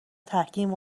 تحکیم